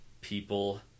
people